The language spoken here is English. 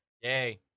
Yay